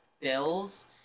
bills